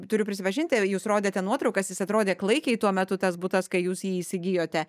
turiu prisipažinti jūs rodėte nuotraukas jis atrodė klaikiai tuo metu tas butas kai jūs jį įsigijote